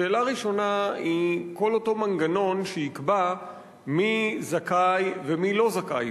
שאלה ראשונה היא כל אותו מנגנון שיקבע מי זכאי ומי לא זכאי.